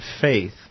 faith